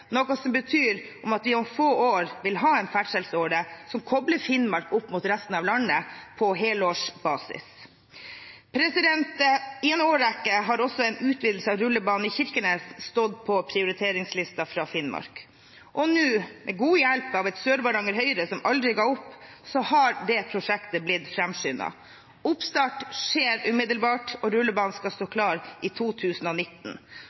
noe som betyr at vi om få år vil ha en ferdselsåre som kobler Finnmark opp mot resten av landet, på helårsbasis. I en årrekke har en utvidelse av rullebanen i Kirkenes stått på prioriteringslisten fra Finnmark, og nå, ved god hjelp av et Sør-Varanger Høyre som aldri ga opp, har det prosjektet blitt framskyndet. Oppstart skjer umiddelbart, og rullebanen skal stå